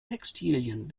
textilien